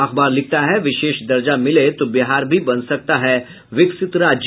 अखबार लिखता है विशेष दर्जा मिले तो बिहार भी बन सकता है विकसित राज्य